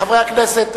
חברי הכנסת,